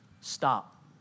Stop